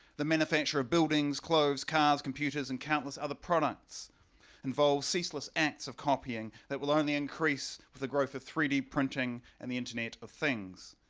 the manufacture of buildings clothes cars computers and countless other products involves ceaseless acts of copying that will only increase with the growth of three d printing and the internet of things.